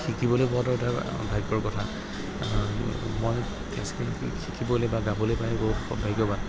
শিকিবলৈ পোৱাটো এটা ভাগ্যৰ কথা মই ক্লাছিকেল শিকিবলৈ বা গাবলৈ পাই বহু সৌভাগ্যবান